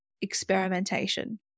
experimentation